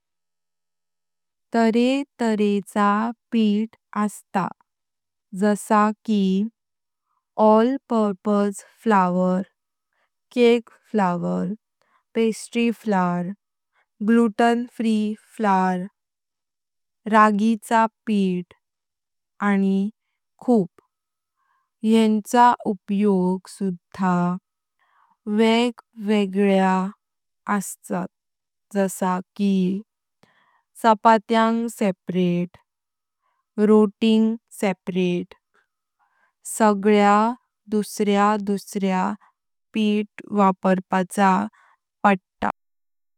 तारे तारे चा पीठ असता जसा की all purpose flour, cake flour, pastry flour, gluten free flour, ragi चा पीठ आणि खूप येंचे उपयोग सुधा वेग वेगळे असतात जशा की चपाट्यांच्या सापरेट, रोटिंग सापरेट, सगळ्यांक दुसरा दुसरा पीठ वापरपाच पडता।